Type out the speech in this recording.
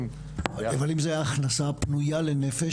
--- אבל אם זה ההכנסה הפנויה לנפש,